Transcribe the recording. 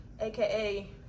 aka